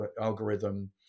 algorithm